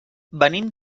venim